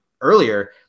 earlier –